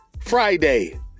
Friday